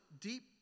deep